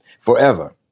forever